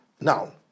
now